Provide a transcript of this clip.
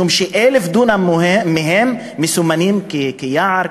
משום ש-1,000 דונם מ-1,700 הדונם האלה מסומנים כיער,